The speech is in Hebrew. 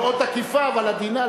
מאוד תקיפה אבל עדינה.